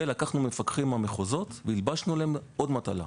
ולקחנו מפקחים מהמחוזות ו"הלבשנו" עליהם עוד מטלה,